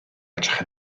edrych